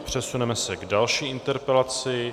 Přesuneme se k další interpelaci.